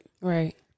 Right